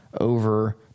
over